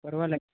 परवाला